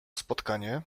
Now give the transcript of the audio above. spotkanie